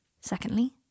Secondly